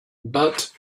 but